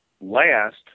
last